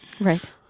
Right